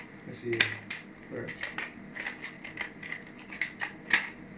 I see